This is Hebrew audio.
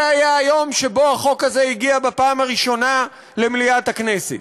זה היה היום שבו החוק הזה הגיע בפעם הראשונה למליאת הכנסת.